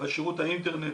אבל שירות האינטרנט,